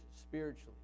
spiritually